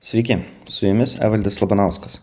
sveiki su jumis evaldas labanauskas